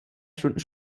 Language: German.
stunden